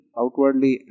outwardly